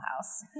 house